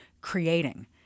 creating